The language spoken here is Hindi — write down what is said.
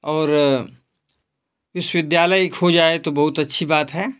और विश्वविद्यालय एक हो जाए तो बहुत अच्छी बात है